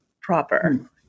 proper